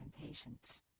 impatience